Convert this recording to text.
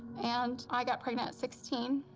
and i got pregnant at sixteen.